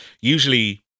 usually